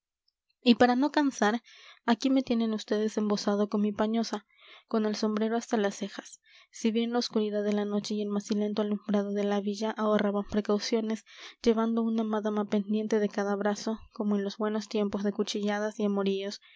y para no cansar aquí me tienen vds embozado en mi pañosa con el sombrero hasta las cejas si bien la oscuridad de la noche y el macilento alumbrado de la villa ahorraban precauciones llevando una madama pendiente de cada brazo como en los buenos tiempos de cuchilladas y amoríos